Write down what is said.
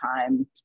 time